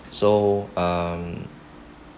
so um